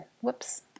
Whoops